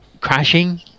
crashing